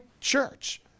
church